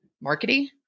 marketing